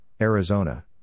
Arizona